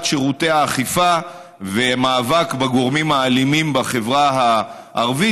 שירותי האכיפה ובמאבק בגורמים האלימים בחברה הערבית.